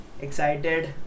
excited